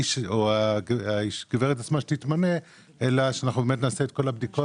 ולא --- אלא שאנחנו באמת נעשה את כול הבדיקות